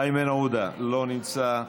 איימן עודה, לא נמצא,